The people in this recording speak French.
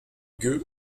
gueux